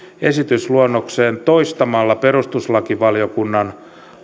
esitysluonnokseen toistamalla perustuslakivaliokunnan